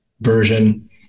version